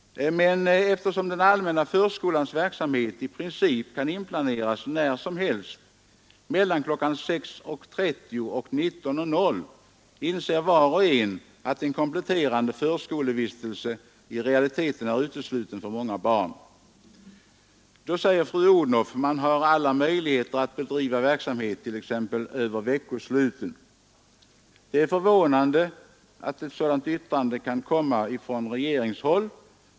Men eftersom den allmänna förskolans verksamhet i princip kan inplaceras när som helst mellan kl. 6.30 och 19.00 inser var och en att en ”kompletterande” förskolevistelse i realiteten är utesluten för många barn. Då säger fru Odhnoff: ”Man har alla möjligheter att bedriva verksamhet t.ex. över veckosluten.” Det är förvånande att ett sådant yttrande kan komma från regeringshåll.